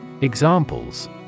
Examples